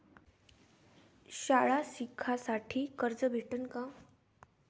शाळा शिकासाठी कर्ज भेटन का?